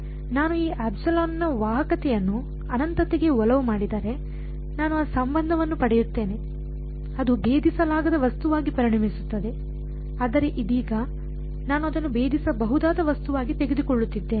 ನಾನು ಈ ಎಪ್ಸಿಲಾನ್ನ ವಾಹಕತೆಯನ್ನು ಅನಂತತೆಗೆ ಒಲವು ಮಾಡಿದರೆ ನಾನು ಆ ಸಂಬಂಧವನ್ನು ಪಡೆಯುತ್ತೇನೆ ಅದು ಭೇದಿಸಲಾಗದ ವಸ್ತುವಾಗಿ ಪರಿಣಮಿಸುತ್ತದೆ ಆದರೆ ಇದೀಗ ನಾನು ಅದನ್ನು ಭೇದಿಸಬಹುದಾದ ವಸ್ತುವಾಗಿ ತೆಗೆದುಕೊಳ್ಳುತ್ತಿದ್ದೇನೆ